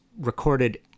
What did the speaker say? recorded